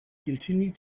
continued